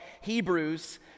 Hebrews